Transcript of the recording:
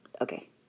Okay